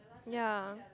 ya